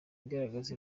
igaragaza